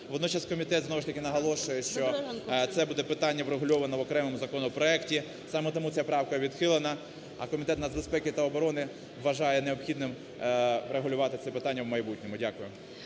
Водночас комітет, знову ж таки, наголошує, що це буде питання врегульоване в окремому законопроекті. Саме тому ця правка відхилена, а комітет нацбезпеки та оборони вважає необхідним врахувати це питання в майбутньому. Дякую.